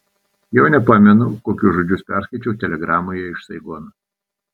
jau nepamenu kokius žodžius perskaičiau telegramoje iš saigono